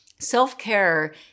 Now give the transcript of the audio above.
Self-care